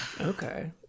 Okay